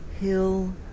hill